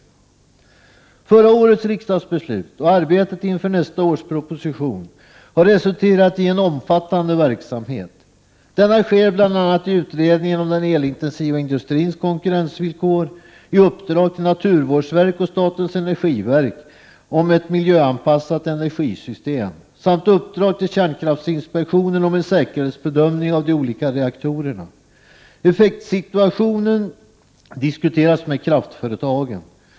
Förra årets riksdagsbeslut och arbetet inför nästa års proposition har resulterat i en omfattande verksamhet. Denna sker bl.a. i utredningen om den elintensiva industrins konkurrensvillkor, i uppdrag till naturvårdsverket och statens energiverk om ett miljöanpassat energisystem samt i uppdrag till kärnkraftsinspektionen om en säkerhetsbedömning av de olika reaktorerna. Effektsituationen diskuteras med kraftföretagen.